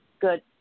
Good